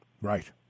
Right